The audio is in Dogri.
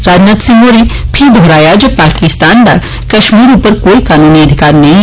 राजनाथ सिंह होरें फीह दौहराया जे पाकिस्तान दा कश्मीर उप्पर कोई कनूनी अधिकार नेई ऐ